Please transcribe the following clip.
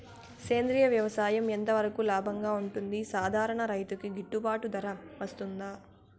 సేంద్రియ వ్యవసాయం ఎంత వరకు లాభంగా ఉంటుంది, సాధారణ రైతుకు గిట్టుబాటు ధర వస్తుందా?